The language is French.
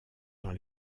dans